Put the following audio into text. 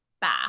bath